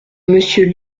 monsieur